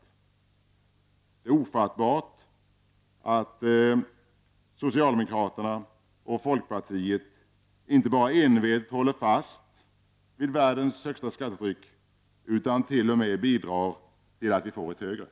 Det är ofattbart att socialdemokraterna och folkpartiet inte bara envetet håller fast vid världens högsta skattetryck utan t.o.m. bidrar till att vi får ett högre.